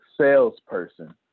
salesperson